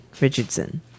Richardson